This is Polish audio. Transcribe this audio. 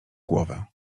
głowę